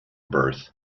birth